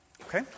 Okay